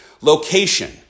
Location